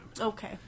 Okay